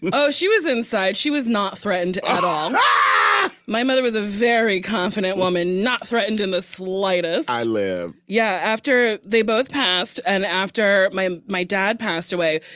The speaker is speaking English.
and oh, she was inside. she was not threatened at all um ah my mother was a very confident woman, not threatened in the slightest i live yeah. after they both passed and after my my dad passed away,